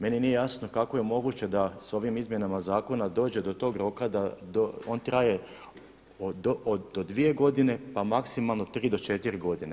Meni nije jasno kako je moguće da s ovim izmjenama zakona dođe do tog roka da on traje do 2 godine pa maksimalno 3 do 4 godine.